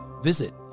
Visit